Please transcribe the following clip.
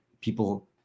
people